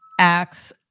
acts